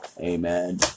Amen